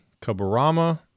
Kaburama